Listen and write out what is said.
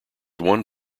one